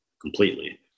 completely